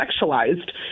sexualized